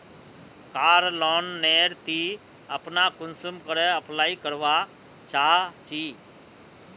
कार loan नेर ती अपना कुंसम करे अप्लाई करवा चाँ चची?